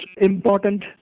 important